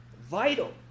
vital